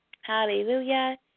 Hallelujah